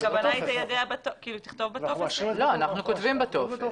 אנחנו כותבים בטופס.